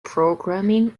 programming